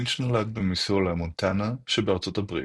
לינץ' נולד במיזולה, מונטנה שבארצות הברית.